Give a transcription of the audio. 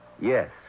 Yes